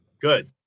Good